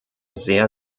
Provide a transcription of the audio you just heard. sehr